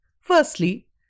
Firstly